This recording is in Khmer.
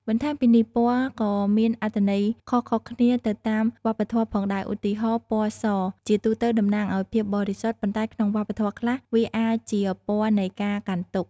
បន្ថែមពីនេះ ពណ៌ក៏មានអត្ថន័យខុសៗគ្នាទៅតាមវប្បធម៌ផងដែរ ឧទាហរណ៍ ពណ៌សជាទូទៅតំណាងឲ្យភាពបរិសុទ្ធ ប៉ុន្តែក្នុងវប្បធម៌ខ្លះវាអាចជាពណ៌នៃការកាន់ទុក្ខ។